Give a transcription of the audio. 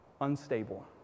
unstable